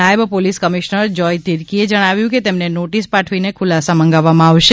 નાયબ police commissioner Joy તીરકેએ જણાવ્યુંકે તેમને નોટીસ પાઠવીને ખુલાસો માંગવામાં આવશે